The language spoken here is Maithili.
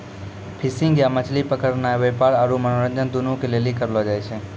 फिशिंग या मछली पकड़नाय व्यापार आरु मनोरंजन दुनू के लेली करलो जाय छै